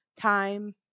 time